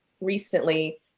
recently